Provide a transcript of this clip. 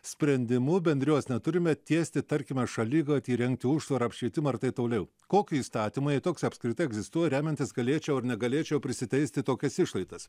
sprendimu bendrijos neturime tiesti tarkime šaligatvį įrengti užtvarą apšvietimą ir taip toliau koki įstatymai jei toks apskritai egzistuoja remiantis galėčiau ar negalėčiau prisiteisti tokias išlaidas